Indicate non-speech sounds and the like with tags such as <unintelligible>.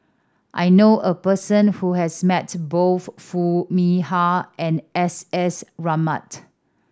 I knew a person who has met both Foo Mee Har and S S <unintelligible>